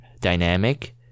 dynamic